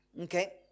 Okay